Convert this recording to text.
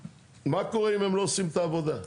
מה קורה אם הם לא עושים את העבודה?